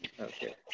Okay